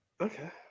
Okay